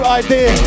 idea